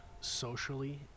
socially